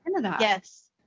yes